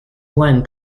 one